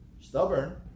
stubborn